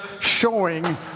showing